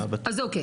בסדר.